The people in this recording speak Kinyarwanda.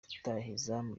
rutahizamu